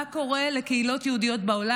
מה קורה לקהילות יהודיות בעולם.